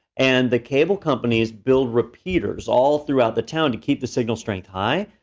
and the cable companies build repeaters all throughout the town to keep the signal strength high.